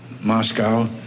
Moscow